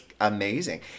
amazing